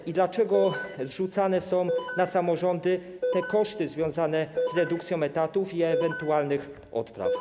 I dlaczego zrzucane są na samorządy koszty związane z redukcją etatów i ewentualnych odpraw?